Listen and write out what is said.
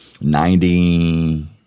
Ninety